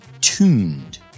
tuned